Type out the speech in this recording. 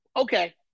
okay